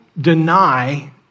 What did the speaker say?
deny